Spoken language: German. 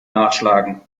nachschlagen